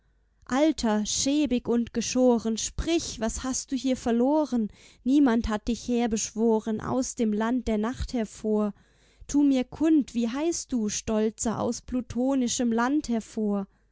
alter schäbig und geschoren sprich was hast du hier verloren niemand hat dich herbeschworen aus dem land der nacht hervor tu mir kund wie heißt du stolzer aus plutonischem land hervor